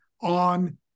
On